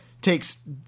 Takes